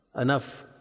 enough